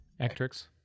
Actrix